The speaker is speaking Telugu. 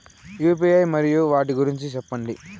యు.పి.ఐ మరియు వాటి గురించి సెప్పండి?